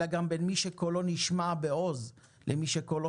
אלא גם בין מי שקולו נשמע בעוז למי שקולו